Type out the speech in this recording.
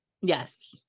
Yes